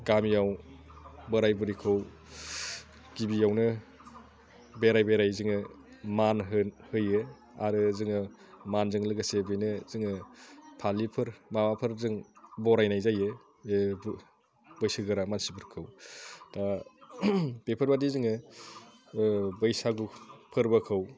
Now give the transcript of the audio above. गामियाव बोराय बुरैखौ गिबियावनो बेराय बेराय जोङो मान होयो आरो जोङो मानजों लोगोसे बिदिनो जोङो फालिफोर बा माबाफोर जों बरायनाय जायो बैसोगोरा मानसिफोरखौ दा बेफोरबादि जोङो बैसागु फोरबोखौ